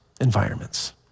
environments